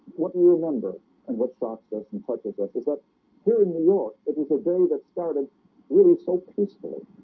what we remember and what stops doesn't archetype. is that here in new york. it is a day that started really so peaceful